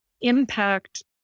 impact